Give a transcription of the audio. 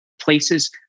places